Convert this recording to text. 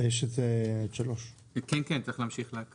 יש את 3. כן צריך להמשיך להקריא.